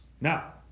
Now